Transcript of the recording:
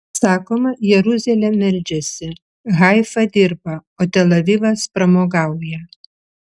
sakoma jeruzalė meldžiasi haifa dirba o tel avivas pramogauja